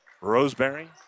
Roseberry